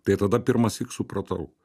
tai tada pirmąsyk supratau